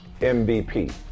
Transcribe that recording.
MVP